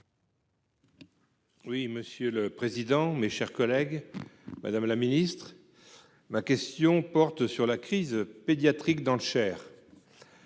Oui, monsieur le président, mes chers collègues. Madame la ministre. Ma question porte sur la crise pédiatriques dans le Cher.